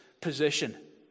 position